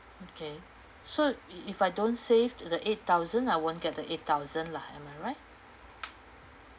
okay so if if I don't save to the eight thousand I won't get the eight thousand lah am I right